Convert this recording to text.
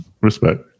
Respect